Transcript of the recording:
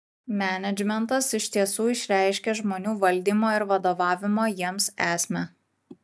menedžmentas iš tiesų išreiškia žmonių valdymo ir vadovavimo jiems esmę